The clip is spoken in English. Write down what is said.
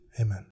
Amen